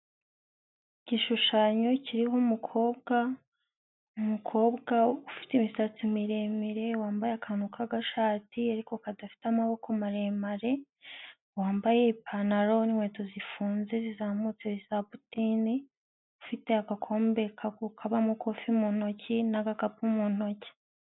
Igishushanyo kiriho umukobwa, umukobwa ufite imisatsi miremire wambaye akantu k'agashati ariko kadafite amaboko maremare, wambaye ipantaro n'inkweto zifunze zizamutse za putini, ufite agakombe kabamo kofi mu ntoki n'agakapu mu ntoki.